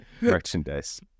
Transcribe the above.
merchandise